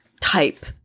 type